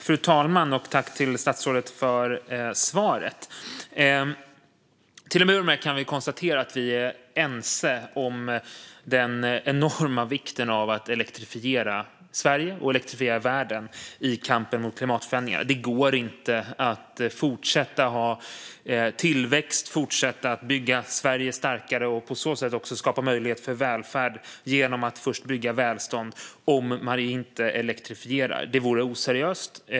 Fru talman! Tack, statsrådet, för svaret! Till att börja med kan jag konstatera att vi är ense om den enorma vikten av att elektrifiera Sverige och världen i kampen mot klimatförändringarna. Det går inte att fortsätta ha tillväxt och bygga Sverige starkare och på så sätt också skapa möjlighet till välfärd genom att först bygga välstånd om man inte elektrifierar. Det vore oseriöst.